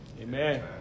Amen